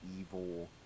evil